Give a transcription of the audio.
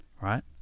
right